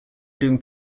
doing